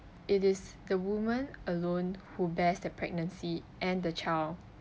it is the woman alone who bears the pregnancy and the child